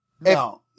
No